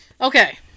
Okay